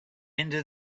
into